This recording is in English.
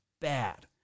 Bad